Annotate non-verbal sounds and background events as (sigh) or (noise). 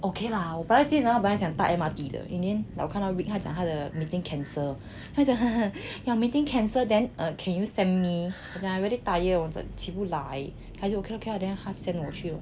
okay 啦我本来今天想要搭 M_R_T 的 in the end 我看到 rick 他讲他的 meeting cancel then 我就讲 (laughs) your meeting cancel then can you send me that I really tired 起不来 then 他 send 我去 like